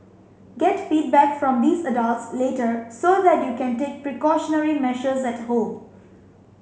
get feedback from these adults later so that you can take precautionary measures at home